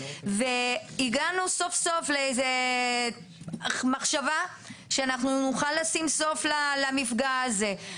הגענו סוף סוף למחשבה שנוכל לשים סוף למפגע הזה.